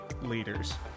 leaders